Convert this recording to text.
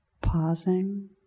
Pausing